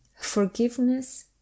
forgiveness